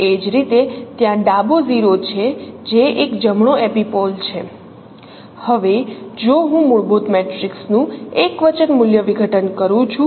એ જ રીતે ત્યાં ડાબો 0 છે જે એક જમણો એપિપોલ છે હવે જો હું મૂળભૂત મેટ્રિક્સનું એકવચન મૂલ્ય વિઘટન કરું છું